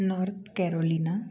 north carolina